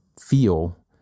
feel